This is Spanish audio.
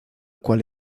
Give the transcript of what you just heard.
cual